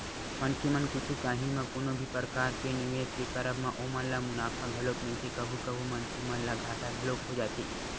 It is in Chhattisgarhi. मनखे मन कुछु काही म कोनो भी परकार के निवेस के करब म ओमन ल मुनाफा घलोक मिलथे कभू कभू मनखे मन ल घाटा घलोक हो जाथे